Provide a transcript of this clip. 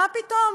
מה פתאום?